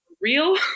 real